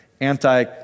Anti